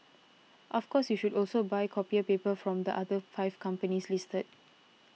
of course you should also buy copier paper from the other five companies listed